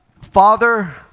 Father